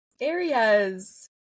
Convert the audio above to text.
Areas